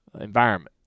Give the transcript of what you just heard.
environment